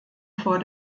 for